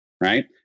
right